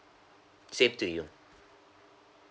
same to you